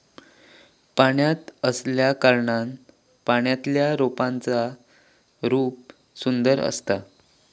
पाण्यात असल्याकारणान पाण्यातल्या रोपांचा रूप सुंदर असता